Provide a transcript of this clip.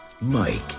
Mike